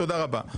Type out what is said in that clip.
תודה רבה.